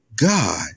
God